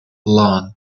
lawn